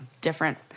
different